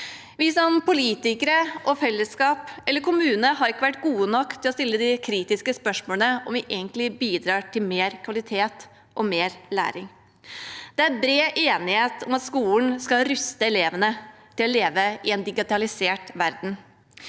vi som politikere og fellesskap eller kommunene har vært gode nok til å stille de kritiske spørsmålene om vi egentlig bidrar til mer kvalitet og mer læring. Det er bred enighet om at skolen skal ruste elevene til å leve i en digitalisert verden,